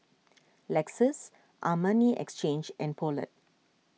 Lexus Armani Exchange and Poulet